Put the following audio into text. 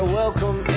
welcome